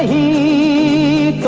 a